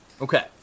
Okay